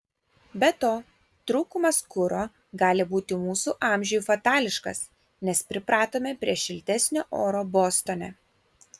be to trūkumas kuro gali būti mūsų amžiui fatališkas nes pripratome prie šiltesnio oro bostone